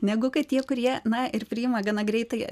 negu kad tie kurie na ir priima gana greitai